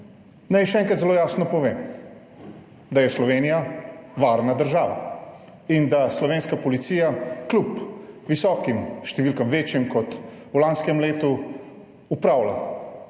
Naj še enkrat zelo jasno povem, da je Slovenija varna država, in da slovenska policija kljub visokim številkam, večjim kot v lanskem letu, upravlja